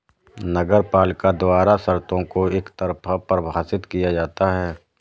नगरपालिका द्वारा शर्तों को एकतरफा परिभाषित किया जाता है